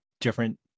different